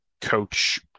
coach